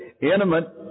Intimate